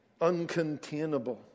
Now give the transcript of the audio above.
Uncontainable